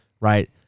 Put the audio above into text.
right